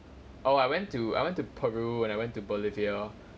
oh I went to I went to peru and I went to bolivia